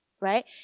Right